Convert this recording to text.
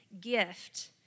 gift